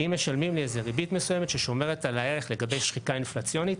אם משלמים לי איזו ריבית מסוימת ששומרת על הערך לגבי שחיקה אינפלציונית,